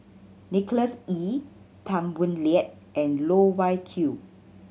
Nicholas Ee Tan Boo Liat and Loh Wai Kiew